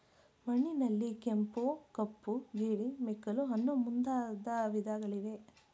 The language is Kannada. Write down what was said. ಮಣ್ಣಿನಲ್ಲಿ ಕೆಂಪು, ಕಪ್ಪು, ಜೇಡಿ, ಮೆಕ್ಕಲು ಅನ್ನೂ ಮುಂದಾದ ವಿಧಗಳಿವೆ